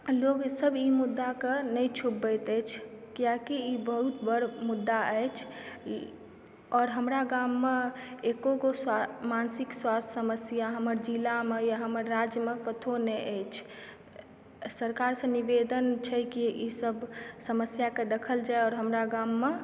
लोग सब ई मुद्दाके नै छुपबैत अछि किए कि ई बहुत बड़ मुद्दा अछि आओर हमरा गाममे एको गो मानसिक स्वास्थ्य समस्या हमर जिलामे या हमर राज्यमे कतौ नै अछि सरकारसऽ निवेदन छै कि ई सब समस्याके देखल जाय आओर हमरा गाममे